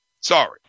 Sorry